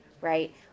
right